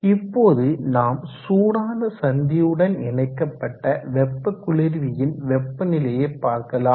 இப்போது நாம் சூடான சந்தியுடன் இணைக்கப்பட்ட வெப்ப குளிர்வியின் வெப்ப நிலையை பார்க்கலாம்